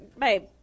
Babe